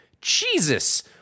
Jesus